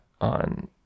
on